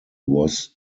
was